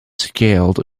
scaled